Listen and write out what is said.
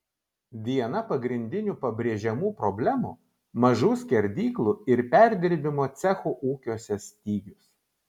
viena pagrindinių pabrėžiamų problemų mažų skerdyklų ir perdirbimo cechų ūkiuose stygius